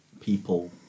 people